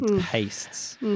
Pastes